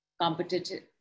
competitive